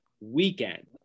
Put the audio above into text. weekend